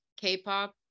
K-pop